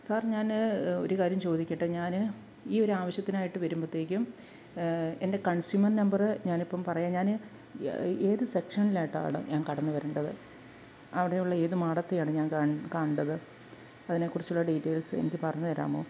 sir ഞാന് ഒരു കാര്യം ചോദിക്കട്ടെ ഞാന് ഈ ഒരു ആവശ്യത്തിനായിട്ട് വരുമ്പോഴത്തേക്കും എൻ്റെ കൺസ്യൂമർ നമ്പര് ഞാനിപ്പോള് പറയാം ഞാന് ഏത് സെക്ഷനിലായിട്ടാണ് ഞാൻ കടന്നുവരേണ്ടത് അവിടെയുള്ള ഏത് മാഡത്തെയാണ് ഞാൻ കാണേണ്ടത് അതിനെ കുറിച്ചുള്ള ഡീറ്റൈൽസ് എനിക്ക് പറഞ്ഞുതരാമോ